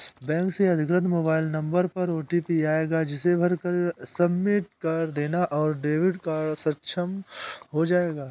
bank से अधिकृत mobile number पर ओटीपी आएगा जिसे भरकर सबमिट कर देना है और डेबिट कार्ड अक्षम हो जाएगा